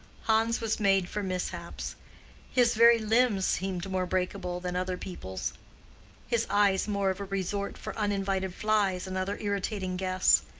hans was made for mishaps his very limbs seemed more breakable than other people's his eyes more of a resort for uninvited flies and other irritating guests.